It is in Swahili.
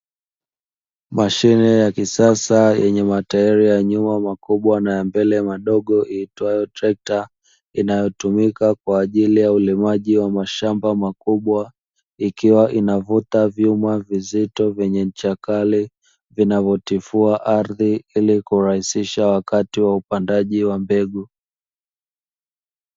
Mashine ya kisasa yenye matairi ya nyuma makubwa na mbele madogo iitwayo trekta, inayotumika kwa ajili ya ulimaji wa mahsamba makubwa ikiwa inavuta vyuma visito vyenye ncha kali, vinavyotifua ardhi ili kurahisisha wakati wa upandaji wa mbegu.